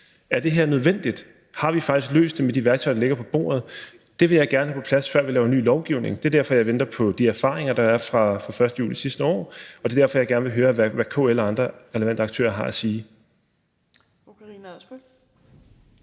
Er det her nødvendigt? Har vi rent faktisk løst det med de værktøjer, som ligger på bordet? Det vil jeg gerne have på plads, før vi laver ny lovgivning. Det er derfor, jeg venter på de erfaringer, der er siden den 1. juli sidste år. Og det er derfor, jeg gerne vil høre, hvad KL og andre relevante aktører har at sige.